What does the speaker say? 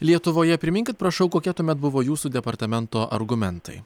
lietuvoje priminkit prašau kokie tuomet buvo jūsų departamento argumentai